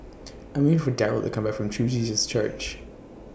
I'm waiting For Darryle to Come Back from True Jesus Church